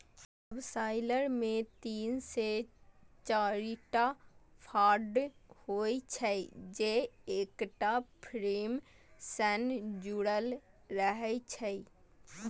subsoiler मे तीन से चारिटा फाड़ होइ छै, जे एकटा फ्रेम सं जुड़ल रहै छै